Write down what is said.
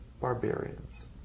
barbarians